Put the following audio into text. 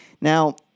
Now